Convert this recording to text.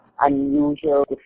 unusual